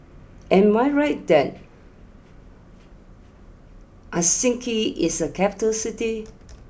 am I right that Helsinki is a capital City